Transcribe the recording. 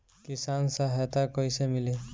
किसान सहायता कईसे मिली?